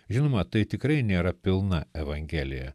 žinoma tai tikrai nėra pilna evangelija